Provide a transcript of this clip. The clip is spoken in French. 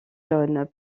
jaunes